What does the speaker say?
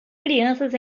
crianças